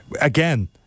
Again